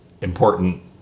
important